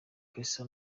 cassa